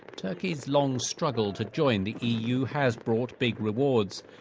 turkey's long struggle to join the eu has brought big rewards.